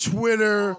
Twitter